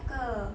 个